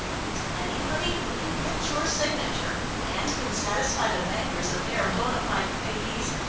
and anybody who can get your signature and can satisfy the bankers that they are bona fide payees,